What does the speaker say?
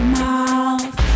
mouth